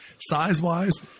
Size-wise